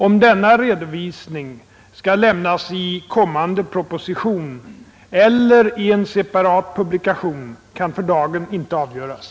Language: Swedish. Om denna redovisning skall lämnas i en kommande proposition eller i en separat publikation kan för dagen inte avgöras.